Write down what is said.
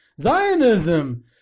Zionism